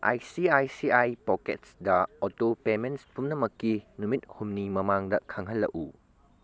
I C I C I ꯄꯣꯀꯦꯠꯁꯇ auto payment ꯄꯨꯝꯅꯃꯛꯀꯤ ꯅꯨꯃꯤꯠ ꯍꯨꯝꯅꯤ ꯃꯃꯥꯡꯗ ꯈꯪꯍꯜꯂꯛꯎ